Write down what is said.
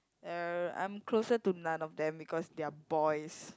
uh I'm closer to none of them because their boys